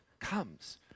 comes